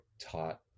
taught